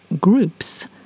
groups